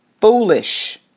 foolish